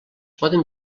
poden